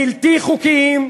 בלתי חוקיים.